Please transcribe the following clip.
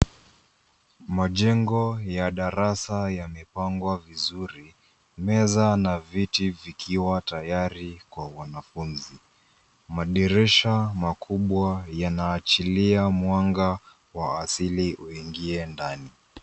Majengo ya darasa yamepangwa vizuri. Meza na viti vikiwa tayari kwa wanafunzi. Madirisha makubwa yanaachilia mwanga wa asili uingie ndani.